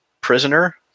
prisoner